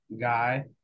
guy